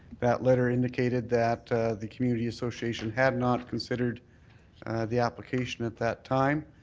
that letter indicated that the community association had not considered the application at that time.